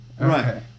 Right